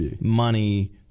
money